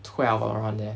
twelve around there